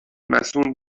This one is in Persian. مصون